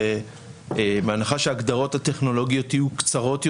בהנחה שההגדרות הטכנולוגיות יהיו קצרות יותר,